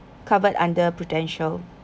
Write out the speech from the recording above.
covered under prudential